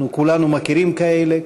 אנחנו כולנו מכירים כאלה,